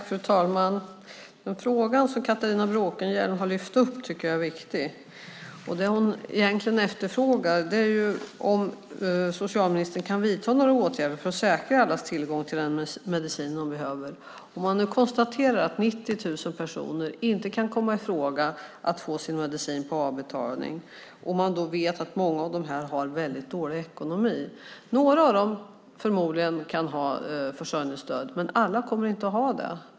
Fru talman! Den fråga som Catharina Bråkenhielm har lyft upp är viktig. Det hon efterfrågar är om socialministern kan vidta några åtgärder för att säkra allas tillgång till den medicin de behöver. Man kan konstatera att 90 000 personer inte kan komma i fråga för att få sin medicin på avbetalning, och man vet att många av dessa har mycket dålig ekonomi. Några av dem kan förmodligen få försörjningsstöd, men många kommer inte att få det.